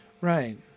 Right